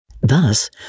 Thus